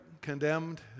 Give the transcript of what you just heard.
condemned